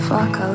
Fuck